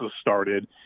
started